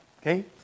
okay